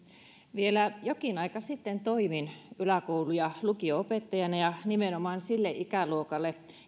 vielä jokin aika sitten toimin yläkoulu ja lukio opettajana ja nimenomaan sille ikäluokalle